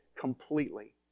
completely